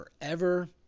forever